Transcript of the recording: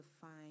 find